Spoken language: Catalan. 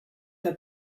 que